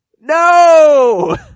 No